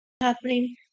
happening